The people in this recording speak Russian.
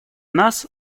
нас